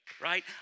right